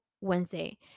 Wednesday